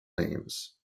names